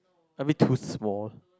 a bit too small